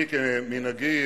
אדוני, כמנהגי,